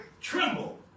tremble